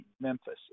Memphis